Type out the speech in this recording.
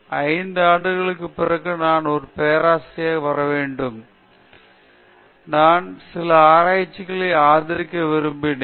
5 ஆண்டுகளுக்கு பிறகு நான் ஒரு பேராசிரியராக பணிபுரிய வேண்டும் என விரும்புகிறேன் ஏனென்றால் நான் சில ஆராய்ச்சிகளை ஆதரிக்க விரும்பினேன்